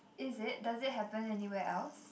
is it does it happen anywhere else